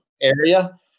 area